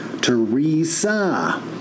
Teresa